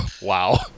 wow